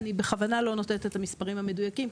אני בכוונה לא נותנת את המספרים המדויקים,